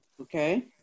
Okay